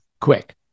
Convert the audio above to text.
quick